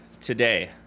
today